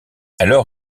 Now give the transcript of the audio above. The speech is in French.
alors